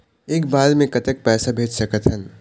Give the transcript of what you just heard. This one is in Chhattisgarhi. एक बार मे कतक पैसा भेज सकत हन?